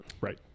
Right